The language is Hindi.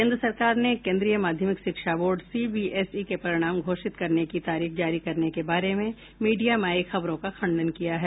केन्द्र सरकार ने केन्द्रीय माध्यमिक शिक्षा बोर्ड सीबीएसई के परिणाम घोषित करने की तारीख जारी करने के बारे में मीडिया में आई खबरों का खण्डन किया है